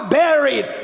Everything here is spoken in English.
buried